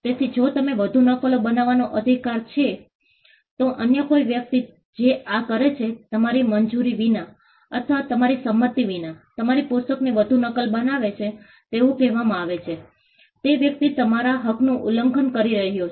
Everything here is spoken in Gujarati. તેથી જો તમને વધુ નકલો બનાવવાનો અધિકાર છે તો અન્ય કોઈ વ્યક્તિ જે આ કરે છે તમારી મંજૂરી વિના અથવા તમારી સંમતિ વિના તમારી પુસ્તકની વધુ નકલો બનાવે છે તેવું કહેવામાં આવે છે કે તે વ્યક્તિ તમારા હકનું ઉલ્લંઘન કરી રહ્યો છે